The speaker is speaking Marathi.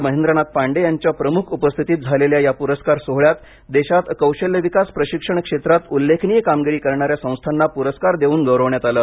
महेंद्रनाथ पांडे यांच्या प्रमुख उपस्थितीत झालेल्या या पुरस्कार सोहळ्यात देशात कौशल्य विकास प्रशिक्षण क्षेत्रात उल्लेखनीय कामगिरी करणाऱ्या संस्थांना पुरस्कार देऊन गौरविण्यात आले